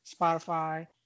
Spotify